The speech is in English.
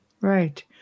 Right